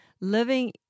living